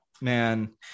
man